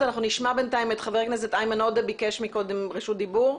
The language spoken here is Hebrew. כל המגמה במדינה מזה שנים היא בכיוון הזה.